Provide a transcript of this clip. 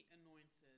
anointed